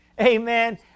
amen